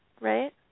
right